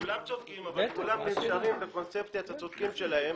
כולם צודקים אבל כולם נשארים בקונספציית הצודקים שלהם,